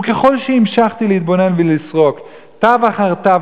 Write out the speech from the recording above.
וככל שהמשכתי להתבונן ולסרוק תו אחר תו